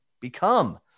become